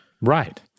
Right